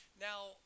Now